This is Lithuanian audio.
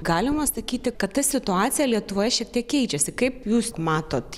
galima sakyti kad ta situacija lietuvoje šiek tiek keičiasi kaip jūs matot